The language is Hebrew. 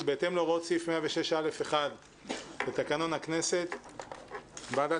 "בהתאם להוראות סעיף 106.א.1 לתקנון הכנסת הוועדה